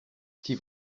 die